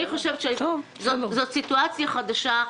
אני חושבת שזאת סיטואציה חדשה.